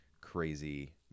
crazy